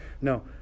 No